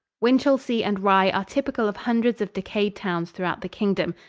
winchelsea and rye are typical of hundreds of decayed towns throughout the kingdom,